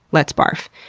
let's barf.